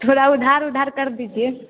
थोड़ा उधार उधार कर दीजिए